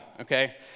okay